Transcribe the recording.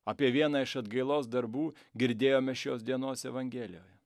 apie vieną iš atgailos darbų girdėjome šios dienos evangelijoje